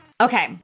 Okay